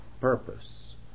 purpose